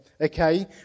okay